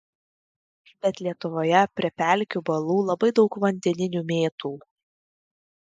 bet lietuvoje prie pelkių balų labai daug vandeninių mėtų